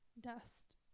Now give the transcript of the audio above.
dust